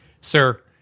sir